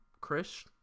Chris